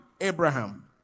Abraham